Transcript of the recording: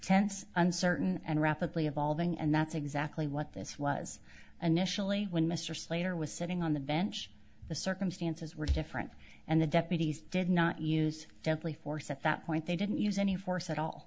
tense uncertain and rapidly evolving and that's exactly what this was a nationally when mr slater was sitting on the bench the circumstances were different and the deputies did not use deadly force at that point they didn't use any force at all